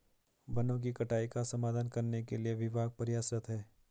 वनों की कटाई का समाधान करने के लिए विभाग प्रयासरत है